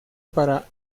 para